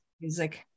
music